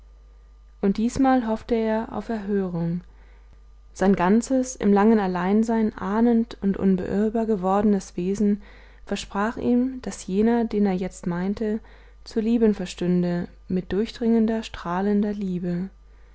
und diesmal hoffte er auf erhörung sein ganzes im langen alleinsein ahnend und unbeirrbar gewordenes wesen versprach ihm daß jener den er jetzt meinte zu lieben verstünde mit durchdringender strahlender liebe